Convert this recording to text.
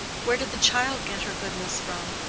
where did the child get her goodness from?